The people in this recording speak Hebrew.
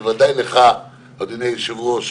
בוודאי לך אדוני היושב-ראש,